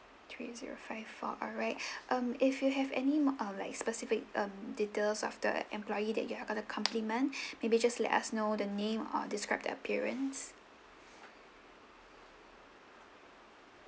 three zero five four alright um if you have any mo~ um like specific um details of the employee that you're going to compliment maybe just let us know the name or describe the appearance